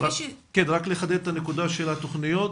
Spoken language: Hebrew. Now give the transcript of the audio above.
רק לחדד את הנקודה של התכניות.